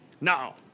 Now